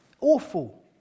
Awful